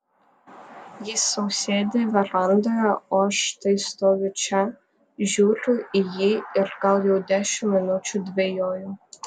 jis sau sėdi verandoje o aš štai stoviu čia žiūriu į jį ir gal jau dešimt minučių dvejoju